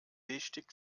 stick